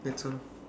that's all